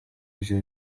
ibyo